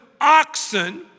oxen